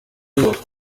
york